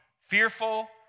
fearful